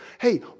hey